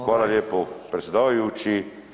Hvala lijepo predsjedavajući.